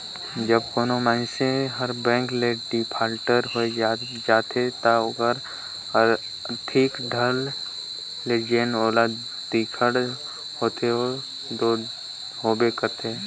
जब कोनो मइनसे हर बेंक ले डिफाल्टर होए जाथे ता ओहर आरथिक ढंग ले जेन ओला दिक्कत होथे ओ दो होबे करथे